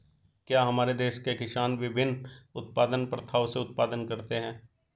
क्या हमारे देश के किसान विभिन्न उत्पादन प्रथाओ से उत्पादन करते हैं?